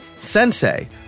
Sensei